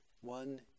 one